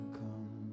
come